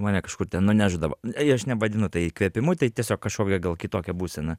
mane kažkur ten nunešdavo aš nevadinu tai įkvėpimu tai tiesiog kažkokia gal kitokia būsena